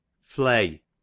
Flay